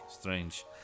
strange